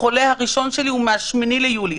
החולה הראשון שלי הוא מ-8 ביולי,